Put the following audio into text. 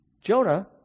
Jonah